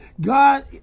God